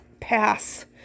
pass